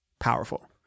powerful